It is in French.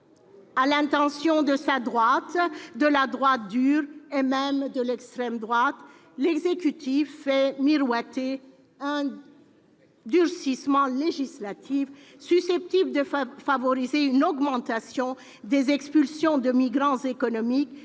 À l'intention de sa droite, de la droite dure et même de l'extrême droite, l'exécutif fait miroiter un durcissement législatif susceptible de favoriser une augmentation des expulsions de migrants économiques